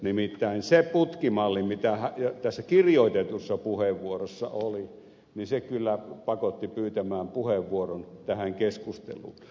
nimittäin se putkimalli mikä tässä kirjoitetussa puheenvuorossa oli kyllä pakotti pyytämään puheenvuoron tähän keskusteluun